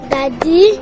Daddy